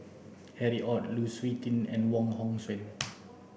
Harry Ord Lu Suitin and Wong Hong Suen